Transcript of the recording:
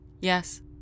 yes